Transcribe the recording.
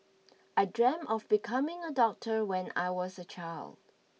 I dreamt of becoming a doctor when I was a child